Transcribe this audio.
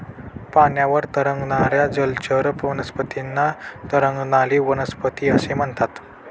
पाण्यावर तरंगणाऱ्या जलचर वनस्पतींना तरंगणारी वनस्पती असे म्हणतात